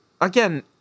again